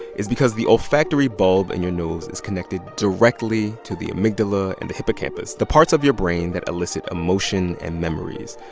is because the olfactory bulb in and your nose is connected directly to the amygdala and the hippocampus the parts of your brain that elicit emotion and memories.